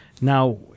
Now